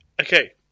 Okay